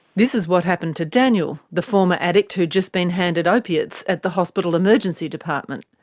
this is what happened to daniel, the former addict who'd just been handed opiates at the hospital emergency department.